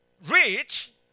rich